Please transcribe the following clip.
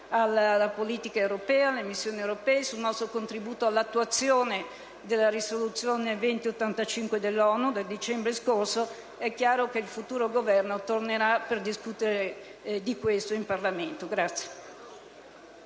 alla politica europea, alle missioni europee e sul nostro contributo all'attuazione della risoluzione 2085 dell'ONU del dicembre scorso. È chiaro che il futuro Governo tornerà per discutere di questo in Parlamento.